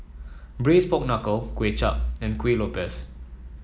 Braised Pork Knuckle Kuay Chap and Kuih Lopes